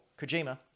Kojima